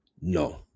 no